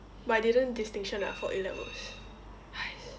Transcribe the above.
but I didn't distinction ah for A-levels !hais!